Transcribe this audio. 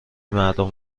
مردم